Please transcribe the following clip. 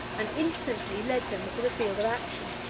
and instantly led them to the field of action.